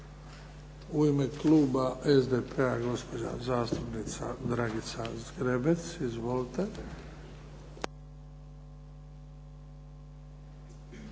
U ime kluba SDP gospođa zastupnica Dragica Zgrebec. Izvolite.